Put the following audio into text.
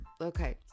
okay